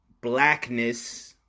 blackness